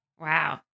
Wow